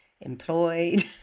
employed